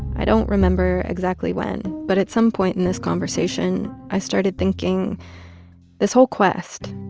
i don't remember exactly when, but at some point in this conversation, i started thinking this whole quest,